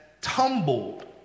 tumbled